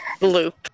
loop